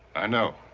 i know.